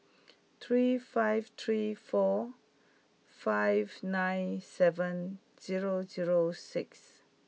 three five three four five nine seven zero zero six